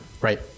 Right